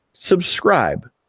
subscribe